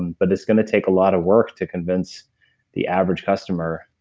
but it's going to take a lot of work to convince the average customer